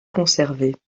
conservées